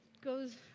goes